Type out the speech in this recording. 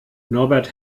norbert